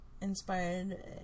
inspired